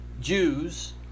Jews